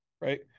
Right